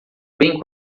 bem